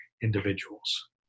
individuals